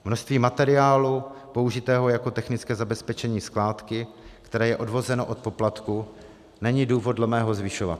Množství materiálu použitého jako technické zabezpečení skládky, které je odvozeno od poplatku, není důvod dle mého zvyšovat.